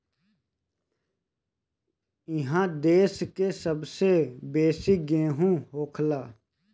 इहा देश के सबसे बेसी गेहूं होखेला